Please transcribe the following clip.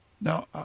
Now